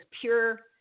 pure